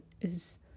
is-